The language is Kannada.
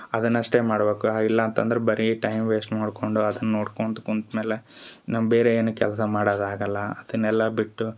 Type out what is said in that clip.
ಅದನ್ನ ಅಷ್ಟೆ ಮಾಡಬೇಕು ಇಲ್ಲ ಅಂತಂದ್ರೆ ಬರೀ ಟೈಮ್ ವೇಸ್ಟ್ ಮಾಡ್ಕೊಂಡು ಅದನ್ನ ನೋಡ್ಕೊಂತ ಕುಂತ ಮ್ಯಾಲೆ ನಮ್ಮ ಬೇರೆ ಏನು ಕೆಲಸ ಮಾಡದು ಆಗಲ್ಲ ಅದನ್ನೆಲ್ಲ ಬಿಟ್ಟು